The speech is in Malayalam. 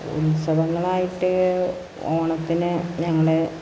ഉത്സവങ്ങളായിട്ട് ഓണത്തിന് ഞങ്ങൾ